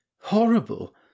Horrible